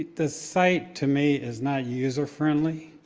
the site to me is not user friendly.